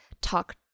talk